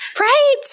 right